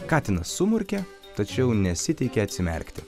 katinas sumurkė tačiau nesiteikė atsimerkti